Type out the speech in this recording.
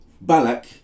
Balak